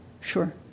sure